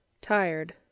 Tired